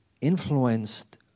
influenced